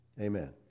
Amen